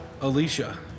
Alicia